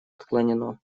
отклонено